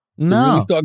No